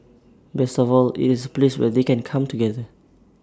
best of all IT is A place where they can come together